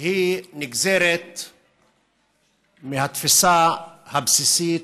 והיא נגזרת מהתפיסה הבסיסית